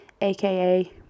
aka